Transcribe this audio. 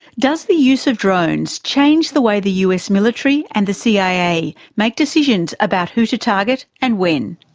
does the use of drones change the way the us military and the cia make decisions about who to target and when?